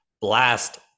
blast